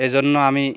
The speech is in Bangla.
এই জন্য আমি